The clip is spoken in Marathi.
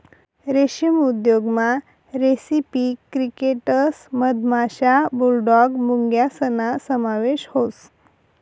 रेशीम उद्योगमा रेसिपी क्रिकेटस मधमाशा, बुलडॉग मुंग्यासना समावेश व्हस